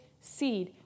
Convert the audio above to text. seed